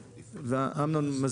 אמנון,